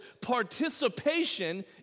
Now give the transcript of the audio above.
participation